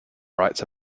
rights